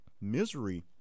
Misery